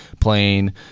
playing